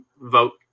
vote